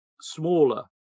smaller